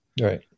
Right